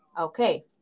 okay